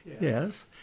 yes